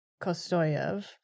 Kostoyev